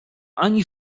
ani